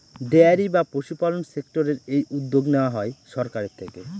dairy বা পশুপালন সেক্টরের এই উদ্যোগ নেওয়া হয় সরকারের থেকে